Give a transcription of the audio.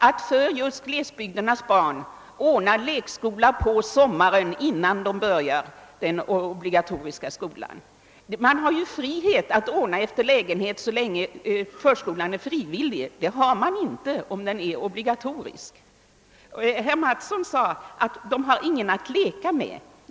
Där har man just för glesbygdernas barn ordnat lekskolor som barnen går i under sommaren, innan de börjar den obligatoriska skolan. Man har ju frihet att ordna efter lägenhet så länge förskolan är frivillig. Det har man inte om den är obligatorisk. Herr Mattsson sade att barnen behöver någon att leka med.